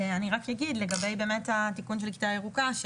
אני רק אגיד לגבי התיקון של כיתה ירוקה,